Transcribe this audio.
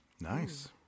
Nice